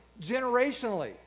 generationally